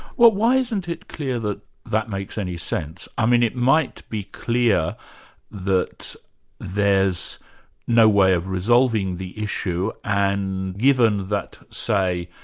well, why isn't it clear that that makes any sense? i mean, it might be clear that there's no way of resolving the issue, and given that, say,